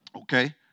Okay